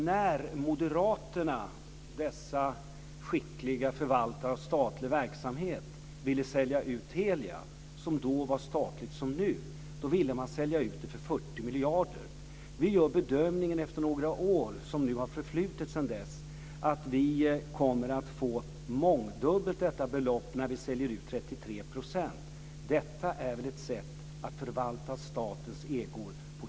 När moderaterna, dessa skickliga förvaltare av statlig verksamhet, ville sälja ut Telia, som då som nu var statligt, ville de göra det för 40 miljarder. Efter några år som sedan dess har förflutit gör vi nu bedömningen att vi kommer att få mångdubbelt detta belopp när vi säljer ut 33 %. Det är väl ett riktigt sätt att förvalta statens ägor på?